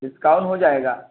discount ہو جائے گا